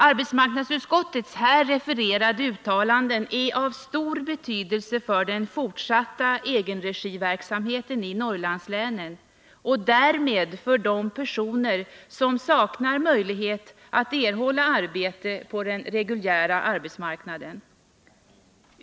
Arbetsmarknadsutskottets här refererade uttalande är av stor betydelse för den fortsatta egenregiverksamheten i Norrlandslänen och därmed för de personer som saknar möjlighet att erhålla arbete på den reguljära arbetsmarknaden.